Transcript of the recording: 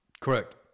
Correct